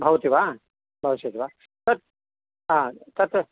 भवति वा भविष्यति वा तत् तत्